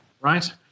right